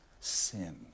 sin